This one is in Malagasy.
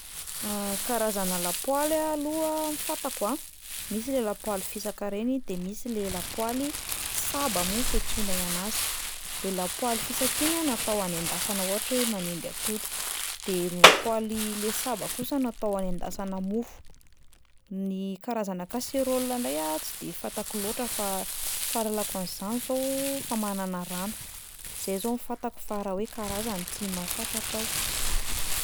Karazana lapoaly aloha ny fantako a: misy le lapoaly fisaka reny de misy le lapoaly saba moa ny fiantsoanay anazy, le lapoaly fisaka iny a natao hanendasana ohatra hoe manendy atody, de ny lapoaly le saba kosa natao hanendasana mofo; ny karazana kaseraola indray a tsy de fantako loatra fa ny fahalalako an'zany zao famanana rano, zay zao no fantako fa raha hoe karazany tsy mahafantatra aho.